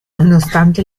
nonostante